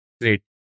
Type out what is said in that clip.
Great